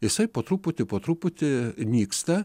jisai po truputį po truputį nyksta